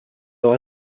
aura